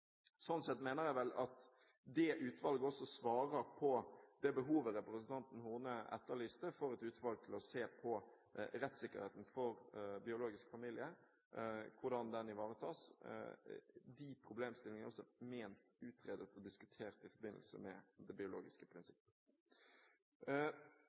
Sånn sett mener jeg vel at det utvalget også er et svar på det utvalget som representanten Horne etterlyste for å se på rettssikkerheten for biologiske familier, hvordan den ivaretas. De problemstillingene er også ment utredet og diskutert i forbindelse med det biologiske